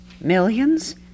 Millions